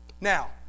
Now